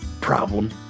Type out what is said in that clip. Problem